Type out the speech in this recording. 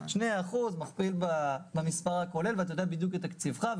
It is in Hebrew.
שני אחוז אתה מכפיל במספר הכולל ואתה יודע בדיוק את תקציבך.